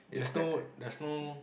that's no that's no